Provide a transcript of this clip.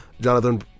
Jonathan